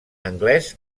anglès